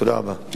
תודה רבה.